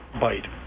bite